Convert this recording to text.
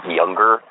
younger